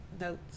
notes